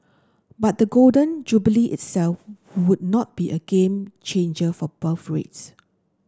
but the Golden Jubilee itself would not be a game changer for birth rates